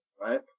right